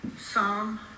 Psalm